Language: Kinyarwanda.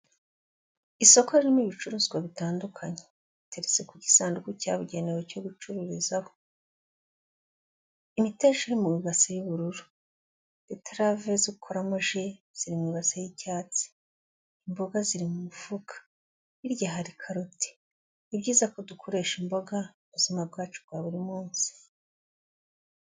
Isoko ririmo ibicuruzwa bitandukanye, biteretse ku gisanduku cyabugenewe cyo gucururizaho, imiteja iri mu ibase y'ubururu, beterave zo gukoramo ji, ziri mu ibase y'icyatsi, imboga ziri mu mufuka, hirya hari karoti, ni byiza ko dukoresha imboga mu buzima bwacu bwa buri munsi.